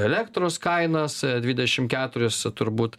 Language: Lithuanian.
elektros kainas dvidešim keturias turbūt